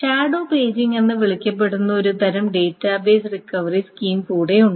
shadow paging എന്ന് വിളിക്കപ്പെടുന്ന ഒരു തരം ഡാറ്റാബേസ് റിക്കവറി സ്കീം കൂടി ഉണ്ട്